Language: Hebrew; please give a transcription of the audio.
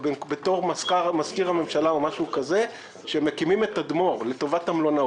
והיו בו 10 מיליון שקל לטובת שיפוץ.